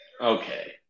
Okay